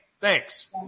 thanks